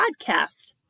podcast